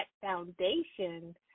foundation